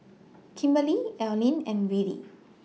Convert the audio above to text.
Kimberley Elayne and Willy